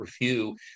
review